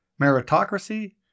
Meritocracy